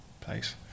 place